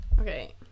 Okay